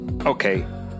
Okay